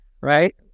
right